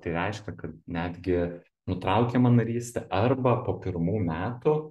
tai reiškia kad netgi nutraukiama narystė arba po pirmų metų